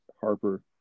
Harper